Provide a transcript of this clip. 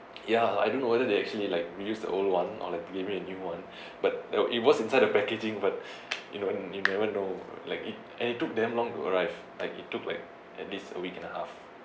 ya I don't know whether they actually like reuse the old one or like give me a new one but that it was inside the packaging but you know you never know like it and it took damn long to arrive like it took like at this a week and a half